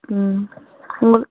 ம்